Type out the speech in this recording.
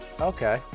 Okay